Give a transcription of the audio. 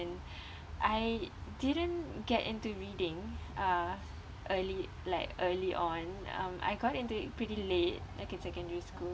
and I didn't get into reading uh early like early on um I got into it pretty late like in secondary school